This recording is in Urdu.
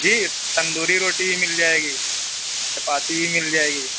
جی تندوری روٹی بھی مِل جائے گی چپاتی بھی مِل جائے گی